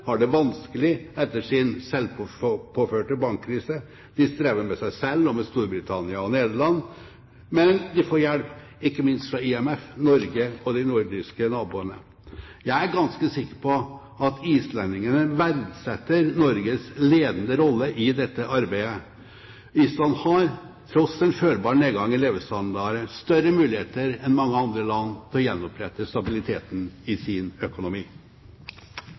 har det vanskelig etter sin selvpåførte bankkrise. De strever med seg selv og med Storbritannia og Nederland, men de får hjelp – ikke minst fra IMF, Norge og de nordiske naboene. Jeg er ganske sikker på at islendingene verdsetter Norges ledende rolle i dette arbeidet. Island har, til tross for en følbar nedgang i levestandarden, større muligheter enn mange andre land til å gjenopprette stabiliteten i sin økonomi.